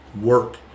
work